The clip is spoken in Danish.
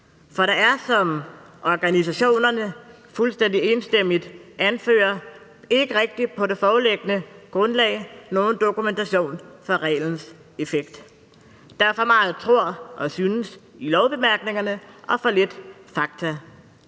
for der er, som organisationerne fuldstændig enstemmigt anfører, ikke rigtig på det foreliggende grundlag nogen dokumentation for reglens effekt. Der er for meget tror og synes i lovbemærkningerne og for lidt fakta.